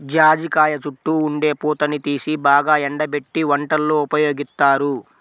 జాజికాయ చుట్టూ ఉండే పూతని తీసి బాగా ఎండబెట్టి వంటల్లో ఉపయోగిత్తారు